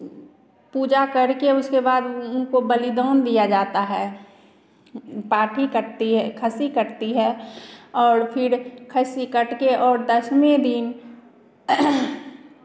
पूजा करके उसके बाद उनको बलिदान दिया जाता है पाठी कटती है खस्सी कटती है और फिर खस्सी कट के और दसवें दिन